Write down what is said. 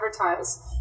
advertise